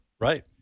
Right